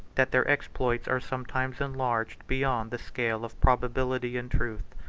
that their exploits are sometimes enlarged beyond the scale of probability and truth.